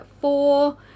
four